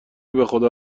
بخدا